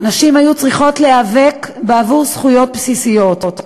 נשים היו צריכות להיאבק במשך שנים רבות בעבור זכויות בסיסיות,